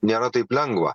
nėra taip lengva